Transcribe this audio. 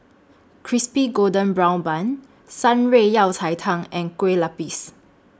Crispy Golden Brown Bun Shan Rui Yao Cai Tang and Kueh Lapis